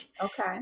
Okay